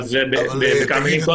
אז בקצרה, בבקשה.